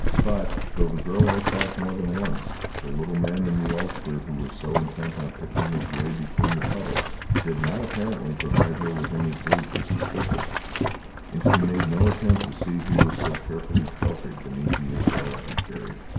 but, though the girl looked back more than once, the little man in the ulster who was so intent on picking his way between the puddles did not apparently provide her with any food for suspicion and she made no attempt to see who was so carefully sheltered beneath the umbrella he carried.